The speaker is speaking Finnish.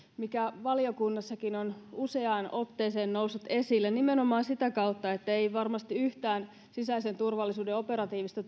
mikä valiokunnassakin on useaan otteeseen noussut esille nimenomaan sitä kautta että valiokunnassa ei ole käynyt varmasti yhtään sisäisen turvallisuuden operatiivista